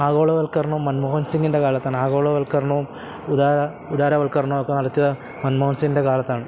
ആഗോളവൽക്കരണം മൻമോഹൻസിങ്ങിൻ്റെ കാലത്താണ് ആഗോളവൽക്കരണവും ഉദാര ഉദാരവൽക്കരണവുമൊക്കെ നടത്തിയ മൻമോഹൻസിംഗിൻ്റെ കാലത്താണ്